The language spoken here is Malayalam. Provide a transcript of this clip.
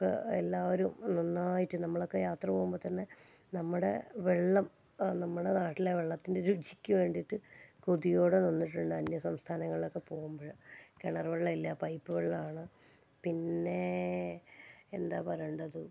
ഒക്കെ എല്ലാവരും നന്നായിട്ട് നമ്മളൊക്കെ യാത്ര പോകുമ്പോൾ തന്നെ നമ്മുടെ വെള്ളം നമ്മുടെ നാട്ടിലെ വെള്ളത്തിൻ്റെ രുചിക്ക് വേണ്ടിട്ട് കൊതിയോടെ നിന്നിട്ടുണ്ട് അന്യസംസ്ഥാനങ്ങളൊക്കെ പോകുമ്പോൾ കിണർ വെള്ളമില്ല പൈപ്പ് വെള്ളമാണ് പിന്നെ എന്താ പറയേണ്ടത്